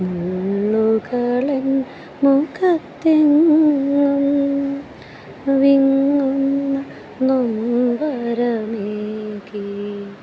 മുള്ളുകൾ എൻ മുഖത്തെങ്ങും വിങ്ങുന്ന നൊമ്പരമേകി